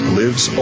lives